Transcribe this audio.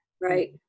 Right